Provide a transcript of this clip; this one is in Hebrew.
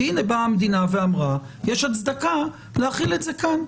הנה באה המדינה ואמרה שיש הצדקה להחיל את זה כאן.